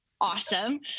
awesome